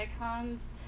icons